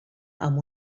amb